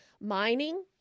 mining